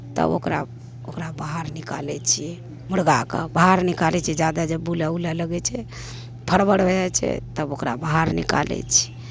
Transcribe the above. तब ओकरा ओकरा बाहर निकालै छियै मुर्गा कऽ बाहर निकालै छियै जादा जब बुलै उलै लगै छै फरबर भए जाइ छै तब ओकरा बाहर निकालै छियै